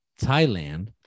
thailand